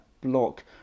block